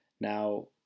Now